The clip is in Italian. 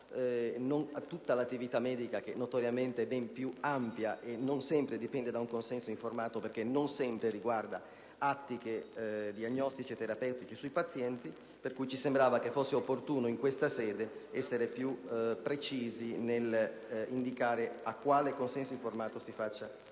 non a tutta l'attività medica che, notoriamente, è ben più ampia e non sempre dipende da un consenso informato perché non sempre riguarda atti diagnostici e terapeutici sui pazienti. Ci sembrava opportuno in questa sede essere più precisi nell'indicare a quale consenso informato si facesse